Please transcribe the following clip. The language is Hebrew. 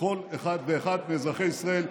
בכל אחד ואחד מאזרחי ישראל,